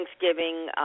Thanksgiving